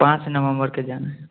पाँच नवम्बरके जाना हइ